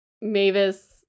Mavis